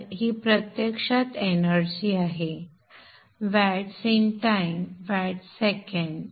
तर ही प्रत्यक्षात एनर्जी आहे watts in time watt second